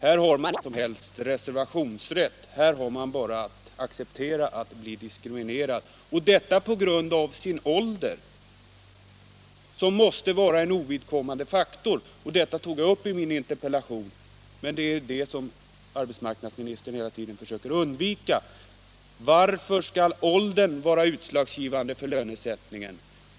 Här har man ingen som helst reservationsrätt, här har man bara att acceptera att bli diskriminerad, och detta på grund av sin ålder, som måste vara en ovidkommande faktor. Detta tog jag upp i min interpellation, men arbetsmarknadsministern försöker undvika att föra ett resonemang om det. Varför skall åldern vara utslagsgivande för lönesättningen?